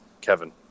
Kevin